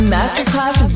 Masterclass